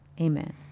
amen